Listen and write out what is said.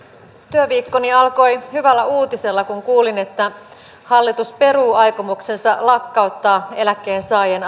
työviikkoni alkoi hyvällä uutisella kun kuulin että hallitus peruu aikomuksensa lakkauttaa eläkkeensaajien